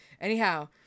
Anyhow